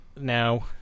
Now